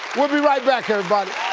we'll be right back everybody.